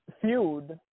feud